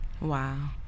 Wow